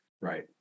right